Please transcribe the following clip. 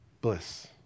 bliss